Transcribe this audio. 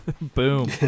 Boom